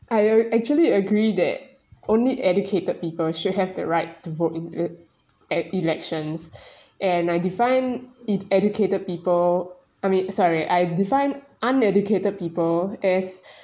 I actually agree that only educated people should have the right to vote in the e~ elections and I define e~ educated people I mean sorry I define uneducated people as